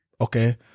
okay